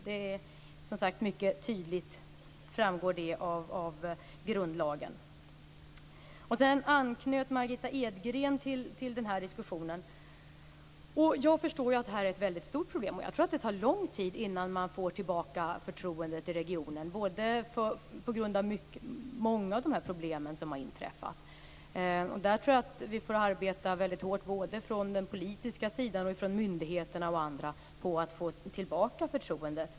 Det framgår mycket tydligt av grundlagen. Margitta Edgren anknöt till denna diskussion. Jag förstår att det är ett väldigt stort problem. Jag tror att det tar lång tid innan vi får tillbaka förtroendet från invånarna i regionen på grund av de problem som har inträffat. Jag tror att vi får arbeta väldigt hårt, både från den politiska sidan och från myndigheterna och andra, för att få tillbaka förtroendet.